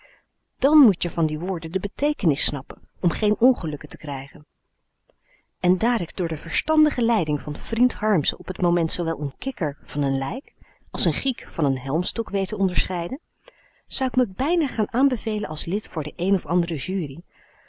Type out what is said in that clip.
dan moet je van die woorden de b e t e e k e n is snappen om geen ongelukken te krijgen en daar k door de verstandige leiding van vriend harmsen op t moment zoowel n k i k k e r van een lijk als n giek van een helmstuk weet te onderscheiden zou k me bijna gaan aanbevelen als lid voor de een of andere jury